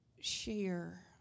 share